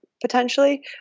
potentially